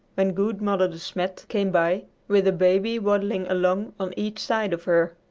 when good mother de smet, came by with a baby waddling along on each side of her.